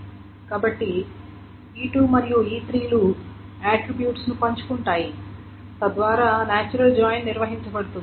కాబట్టి E2 మరియు E3 లు ఆట్రిబ్యూట్స్ ను పంచుకుంటాయి తద్వారా నేచురల్ జాయిన్ నిర్వహించబడుతుంది